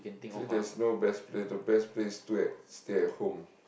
since there is no best place the best place is do at stay at home